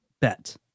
Bet